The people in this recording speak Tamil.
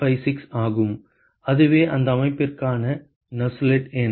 56 ஆகும் அதுவே அந்த அமைப்பிற்கான நசெல்ட் எண்